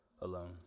alone